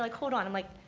like hold on. i'm like,